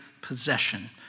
possession